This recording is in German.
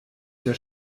der